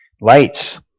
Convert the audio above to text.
lights